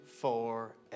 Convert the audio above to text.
forever